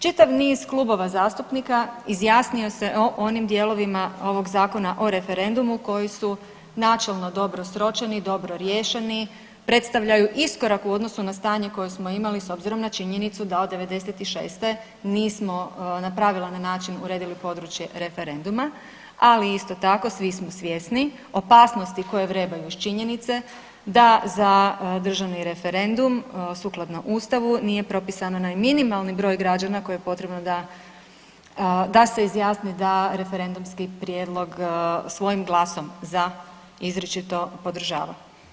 Čitav niz klubova zastupnika izjasnio se o onim dijelovima ovog Zakona o referendumu koji su načelno dobro sročeni, dobro riješeni, pristavljaju iskorak u odnosu na stanje koje smo imali s obzirom na činjenicu da od '96. nismo na pravilan način uredili područje referenduma, ali isto tako svi smo svjesni opasnosti koje vrebaju iz činjenica da za državni referendum sukladno Ustavu nije propisan onaj minimalni broj građana koje je potrebno da se izjasni da referendumski prijedlog svojim glasom za izričito podržava.